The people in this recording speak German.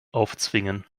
aufzwingen